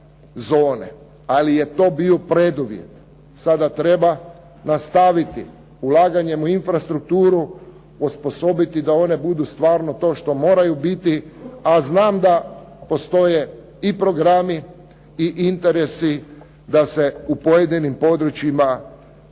ali je to bio preduvjet. Sada treba nastaviti ulaganjem u infrastrukturu, osposobiti da one budu stvarno to što moraju biti, a znam da postoje i programi i interesi da se u pojedinim područjima kroz